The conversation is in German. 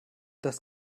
das